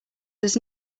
does